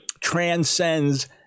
transcends